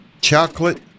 Chocolate